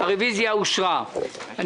הצבעה בעד,